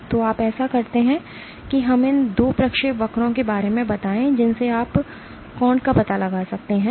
तो आप ऐसा करते हैं कि हम इन 2 प्रक्षेपवक्रों के बारे में बताएं जिनसे आप कोण का पता लगा सकते हैं